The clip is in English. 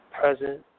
present